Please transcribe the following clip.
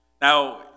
Now